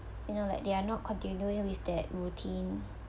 you know like they are not continuing with that routine